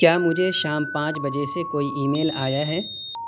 کیا مجھے شام پانچ بجے سے کوئی ای میل آیا ہے